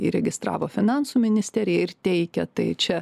įregistravo finansų ministerija ir teikia tai čia